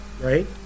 Right